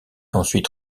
ensuite